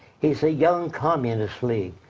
he say young communist league.